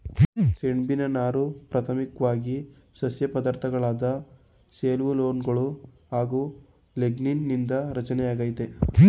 ಸೆಣ್ಬಿನ ನಾರು ಪ್ರಾಥಮಿಕ್ವಾಗಿ ಸಸ್ಯ ಪದಾರ್ಥಗಳಾದ ಸೆಲ್ಯುಲೋಸ್ಗಳು ಹಾಗು ಲಿಗ್ನೀನ್ ನಿಂದ ರಚನೆಯಾಗೈತೆ